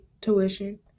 tuition